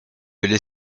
allais